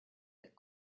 that